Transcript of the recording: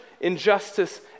injustice